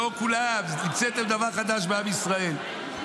לא כולם, המצאתם דבר חדש בעם ישראל.